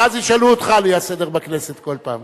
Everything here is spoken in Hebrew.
ואז ישאלו אותך על האי-סדר בכנסת כל פעם.